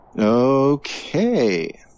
okay